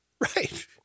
right